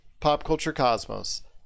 PopCultureCosmos